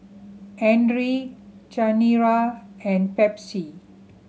Andre Chanira and Pepsi